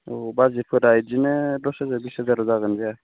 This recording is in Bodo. औ बाजेटफोरा इदिनो दस हाजार बिस हाजार जागोन ना जाया